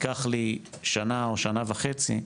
ייקח לי שנה או שנה וחצי,